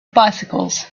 bicycles